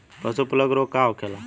पशु प्लग रोग का होखेला?